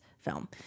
film